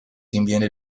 rinviene